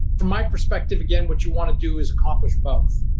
from my perspective, again, what you want to do is accomplish both.